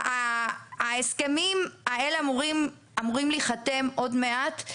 ההסכמים האלה אמורים להיחתם עוד מעט.